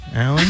Alan